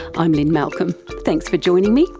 i'm lynne malcolm, thanks for joining me,